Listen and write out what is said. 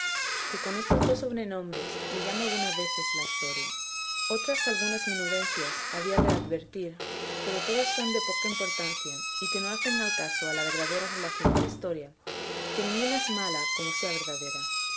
que con estos dos sobrenombres le llama algunas veces la historia otras algunas menudencias había que advertir pero todas son de poca importancia y que no hacen al caso a la verdadera relación de la historia que ninguna es mala como sea verdadera